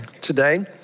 today